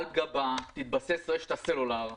על גבה תתבסס רשת הסלולר.